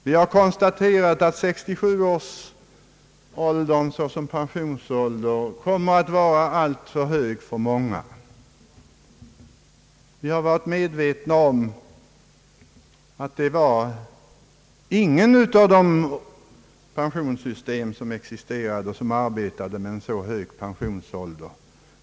Vi har konstaterat att 67 år som pensionsålder kommer att vara alltför hög för många. Vi har varit medvetna om att inget av de existerande pensionssyste men arbetade med en så hög pensionsålder.